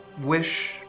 wish